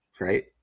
Right